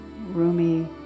roomy